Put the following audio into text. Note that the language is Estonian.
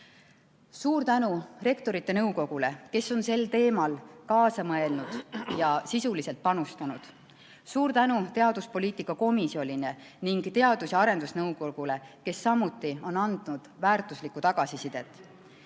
Suur tänu Rektorite Nõukogule, kes on sel teemal kaasa mõelnud ja sisuliselt panustanud! Suur tänu teaduspoliitika komisjonile ning Teadus- ja Arendusnõukogule, kes samuti on andnud väärtuslikku tagasisidet!